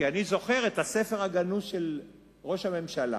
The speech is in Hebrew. כי אני זוכר את הספר הגנוז של ראש הממשלה,